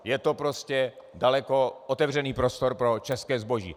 Je to prostě daleko otevřenější prostor pro české zboží.